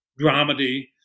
dramedy